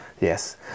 Yes